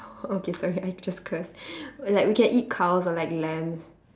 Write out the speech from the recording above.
okay sorry I just cursed like we can eat cows or like lambs